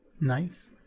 Nice